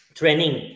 training